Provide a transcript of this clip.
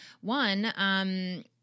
One